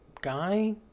guy